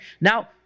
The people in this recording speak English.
Now